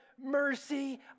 mercy